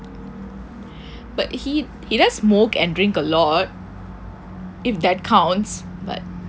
but he he does smoke and drink a lot if that counts but